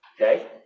okay